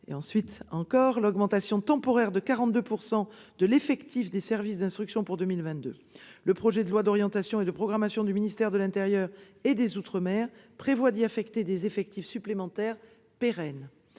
décidé une augmentation temporaire de l'effectif des services d'instruction de 42 % pour 2022 ; le projet de loi d'orientation et de programmation du ministère de l'intérieur et des outre-mer prévoit d'y affecter des effectifs supplémentaires pérennes.